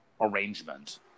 arrangement